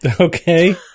Okay